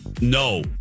No